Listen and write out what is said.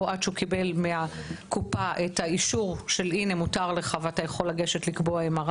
או עד שהוא קיבל מהקופה את האישור שמותר לו והוא יכול לגשת לקבוע MRI?